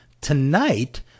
tonight